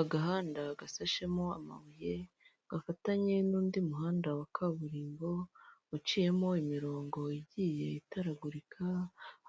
Agahanda gasashemo amabuye gafatanye n'undi muhanda wa kaburimbo uciyemo imirongo igiye itaragurika.